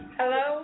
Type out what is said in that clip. Hello